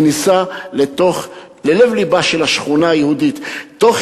כניסה ללב-לבה של השכונה היהודית תוך